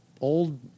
old